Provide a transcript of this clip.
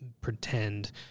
pretend